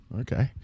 okay